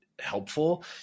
helpful